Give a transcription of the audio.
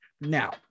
Now